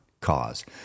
cause